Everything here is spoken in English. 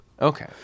Okay